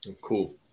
Cool